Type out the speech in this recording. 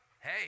Hey